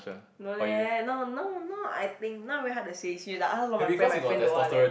no leh no no no I think now very hard to say serious I ask a lot of my friend my friend don't want leh